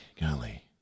golly